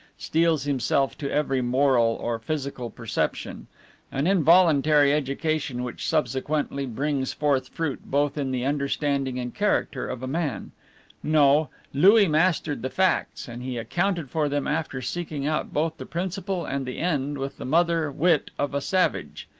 steels himself to every moral or physical perception an involuntary education which subsequently brings forth fruit both in the understanding and character of a man no, louis mastered the facts, and he accounted for them after seeking out both the principle and the end with the mother wit of a savage.